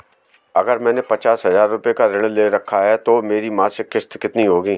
अगर मैंने पचास हज़ार रूपये का ऋण ले रखा है तो मेरी मासिक किश्त कितनी होगी?